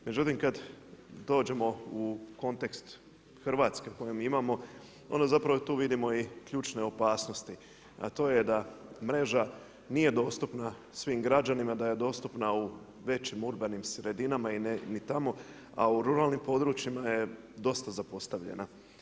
Međutim, kada dođemo u kontekst Hrvatske koju mi imamo onda zapravo tu vidimo i ključne opasnosti a to je da mreža nije dostupna svim građanima, da je dostupna u većim urbanim sredinama i ni tamo a u ruralnim područjima je dosta zapostavljena.